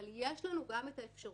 אבל יש לנו גם את האפשרות,